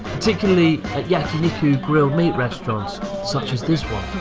particularly at yakiniku grill meat restaurants such as this one.